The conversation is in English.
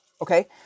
Okay